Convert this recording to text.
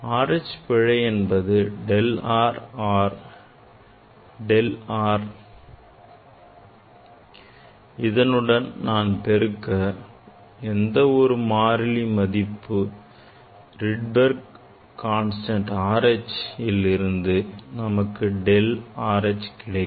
R H பிழை என்பது del R or del R இதனுடன் நான் பெருக்கும் எந்த ஒரு மாறிலி மதிப்பு Rydberg constant R h இல் இருந்து நமக்கு delta R H கிடைக்கும்